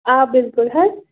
آ بِلکُل حظ